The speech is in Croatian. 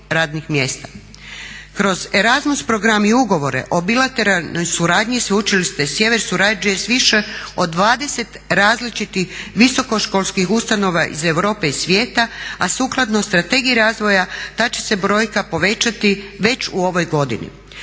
Kroz Erasmus programe i ugovore o bilateralnoj suradnji Sveučilište sjevere surađuje s više od 20 različitih visokoškolskih ustanova iz Europe i svijeta, a sukladno strategiji razvoja ta će se brojka povećati već u ovoj godini.